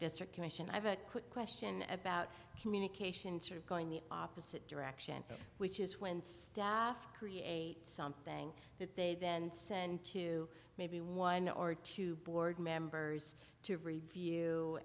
district commission i have a quick question about communications are going the opposite direction which is when staff create something that they then send to maybe one or two board members to review